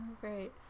Great